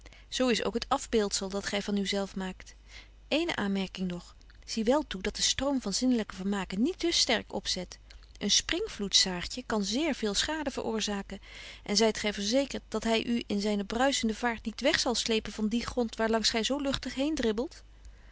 zo is ook het afbeeldzel dat gy van u zelf maakt eéne aanmerking nog zie wel toe dat de stroom van zinnelyke vermaken niet te sterk opzet een springvloed saartje kan zeer veel schade veroorzaken en zyt gy verzekert dat hy u in zynen bruischenden vaart niet weg zal slepen van dien grond waar langs gy zo luchtig heen dribbelt